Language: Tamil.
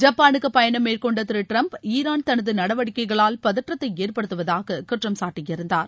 ஜப்பானுக்கு பயணம் மேற்கொண்ட திரு டிரம்ப் ஈரான் தனது நடவடிக்கைகளால் பதற்றத்தை ஏற்படுத்துவதாக குற்றம் சாட்டியிருந்தார்